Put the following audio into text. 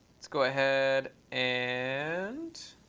let's go ahead and,